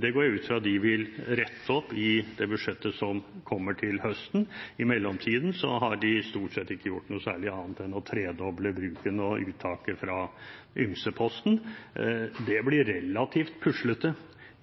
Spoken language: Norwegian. Det går jeg ut fra at de vil rette opp i det budsjettet som kommer til høsten. I mellomtiden har de stort sett ikke gjort noe særlig annet enn å tredoble bruken og uttaket fra ymseposten. Det blir relativt puslete